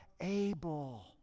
Abel